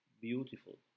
beautiful